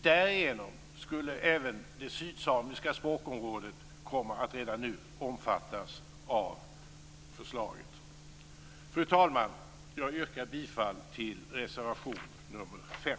Därigenom skulle även det sydsamiska språkområdet komma att redan nu omfattas av förslaget. Fru talman! Jag yrkar bifall till reservation nummer 5.